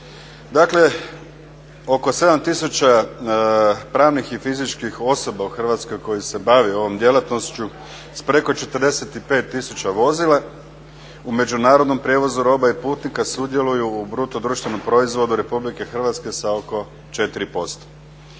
Dakle, oko 7000 pravnih i fizičkih osoba u Hrvatskoj koji se bavi ovom djelatnošću s preko 45000 vozila u međunarodnom prijevozu roba i putnika sudjeluju u bruto društvenom proizvodu Republike Hrvatske sa oko 4%.